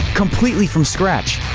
completely from scratch?